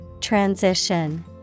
Transition